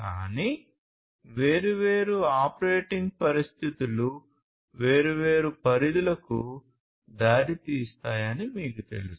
కానీ వేర్వేరు ఆపరేటింగ్ పరిస్థితులు వేర్వేరు పరిధులకు దారితీస్తాయని మీకు తెలుసు